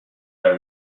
her